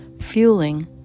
fueling